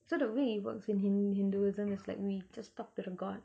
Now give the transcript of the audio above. so the way it works in hin~ hinduism is like we just talk to the god